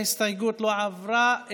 ההסתייגות לא עברה.